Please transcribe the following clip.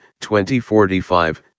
2045